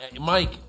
Mike